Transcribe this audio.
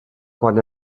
quan